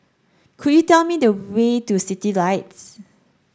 could you tell me the way to Citylights